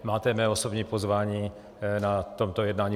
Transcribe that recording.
Máte mé osobní pozvání na toto jednání.